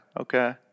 Okay